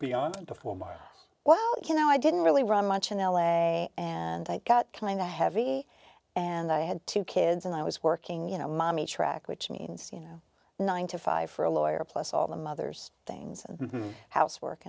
beyond before well you know i didn't really run much in l a and i got kind a heavy and i had two kids and i was working you know mommy track which means you know nine to five for a lawyer plus all the mothers things housework